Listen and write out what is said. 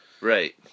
right